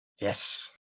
Yes